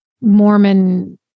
Mormon